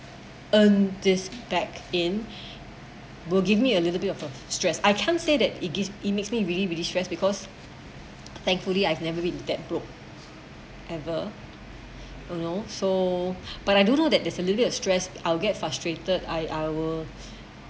earn this back in will give me a little bit of a stress I can't say that it gives it makes me really really stress because thankfully I've never been that broke ever don't know so but I do know that there's a little bit of stress I'll get frustrated I I will